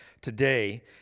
today